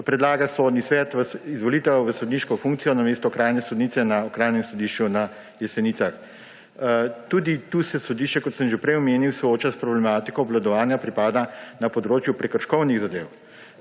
predlaga Sodni svet v izvolitev v sodniško funkcijo na mesto okrajne sodnice na Okrajnem sodišču na Jesenicah. Tudi tu se sodišče, kot sem že prej omenil, sooča s problematiko obvladovanja pripada na področju prekrškovnih zadev.